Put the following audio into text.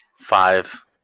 Five